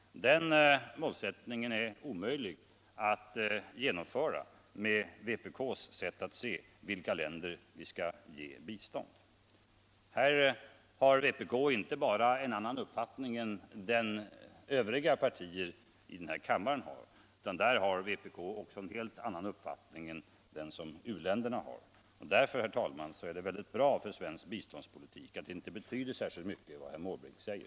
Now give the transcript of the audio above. Den målsättningen är omöjlig att uppfylla med vpk:s sätt att se på vilka länder vi skall ge bistånd. Här har vpk inte bara en annan uppfattning än övriga partier i denna kammare utan också en helt annan uppfattning än den u-länderna har. Därför. herr talman, är det bra för svensk biståndspolitik att det inte betyder särskilt mycket vad herr Måbrink säger.